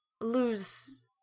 lose